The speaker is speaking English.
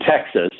Texas